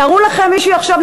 תארו לכם שמישהו יחשוב,